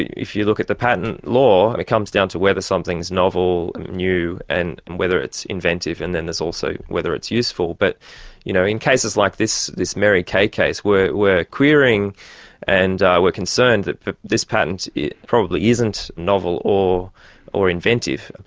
if you look at the patent law, it comes down to whether something's novel, new and and whether it's inventive, and then there's also whether it's useful. but you know in cases like this this mary kay case we're we're querying and we're concerned that this patent probably isn't novel or or inventive.